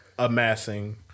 amassing